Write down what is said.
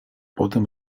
potem